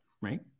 right